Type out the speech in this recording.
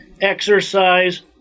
exercise